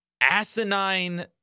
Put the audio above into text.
asinine